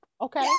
Okay